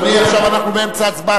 אדוני, עכשיו אנחנו באמצע הצבעה.